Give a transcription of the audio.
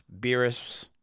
Beerus